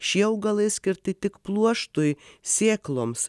šie augalai skirti tik pluoštui sėkloms